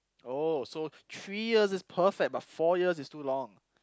oh so three years is perfect but four years is too long